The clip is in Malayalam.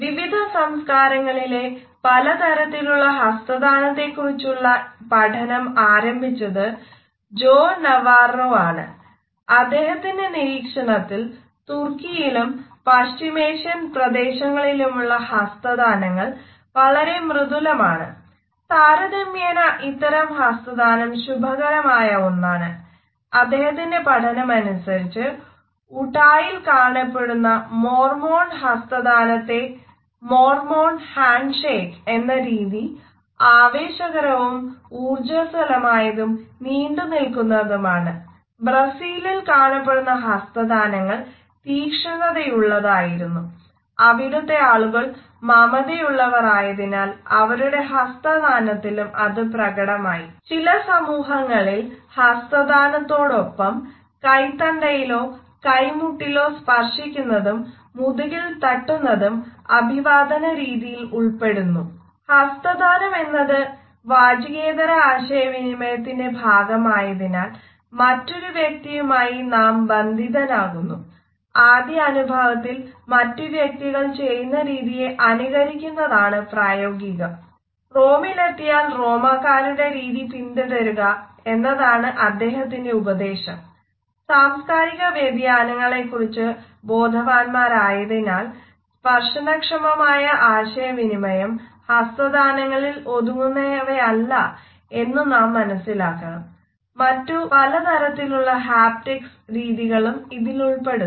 വിവിധ സംസ്കാരങ്ങളിലെ പല തരത്തിലുള്ള ഹസ്തദാനത്തെക്കുറിച്ചുള്ള ഈ പഠനം ആരംഭിച്ചത് ജോ നവർറോ രീതികളും ഇതിലുൾപ്പെടുന്നു